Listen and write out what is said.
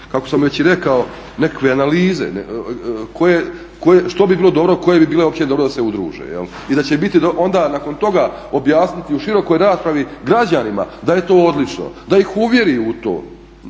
kako sam već i rekao nekakve analize što bi bilo dobro, koje bi bilo opće dobro da se udruže i da će biti onda nakon toga objasniti u širokoj raspravi građanima da je to odlično, da ih uvjeri u to.